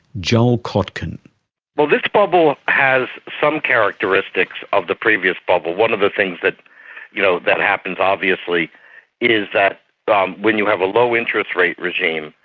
joel kotkin well, this bubble has some characteristics of the previous bubble. one of the things that you know that happens obviously is that um when you have a low interest rate regime,